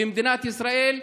למדינת ישראל,